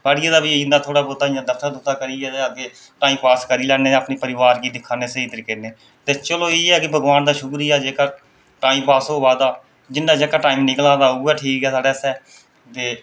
बाड़ियै दा इन्ना थोह्ड़ा बौह्ता करियै ते अग्गें टाइम पास करी लैन्ने ते अपने परोआर गी दिक्खा ने स्हेई तरीके नै ते चलो इ'यै की भगोआन दा शुक्रिया जेह्का टाइम पास होआ दा जिन्ना जेह्का टाइम निकला दा उ'ऐ ठीक ऐ साढ़े आस्तै दे